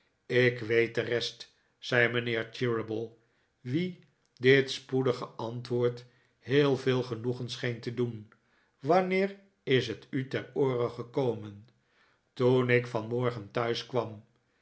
ik weet de rest zei mijnheer cheeryble wien dit spoedige antwoord heel veel genoegen scheen te doen wanneer is het u ter oore gekomen toen ik vanmorgen